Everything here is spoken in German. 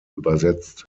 übersetzt